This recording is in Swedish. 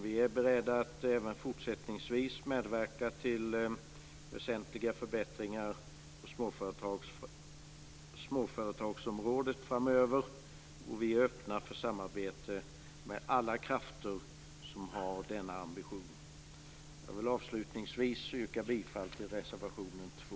Vi är beredda att även fortsättningsvis medverka till väsentliga förbättringar på småföretagsområdet framöver, och vi är öppna för samarbete med alla krafter som har denna ambition. Avslutningsvis vill jag yrka bifall till reservation nr 2.